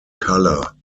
color